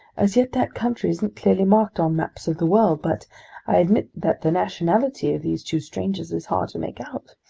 as yet that country isn't clearly marked on maps of the world, but i admit that the nationality of these two strangers is hard to make out!